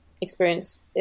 experience